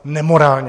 Nemorálně.